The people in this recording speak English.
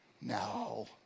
No